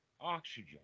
oxygen